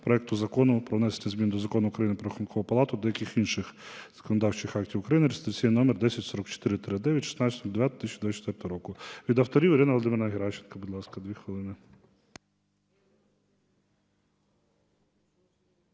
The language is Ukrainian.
проекту Закону "Про внесення змін до Закону України "Про Рахункову палату" та деяких інших законодавчих актів України" (реєстраційний номер 10044-д від 16.09.2024 року). Від авторів Ірина Володимирівна Геращенко, будь ласка, дві хвилини.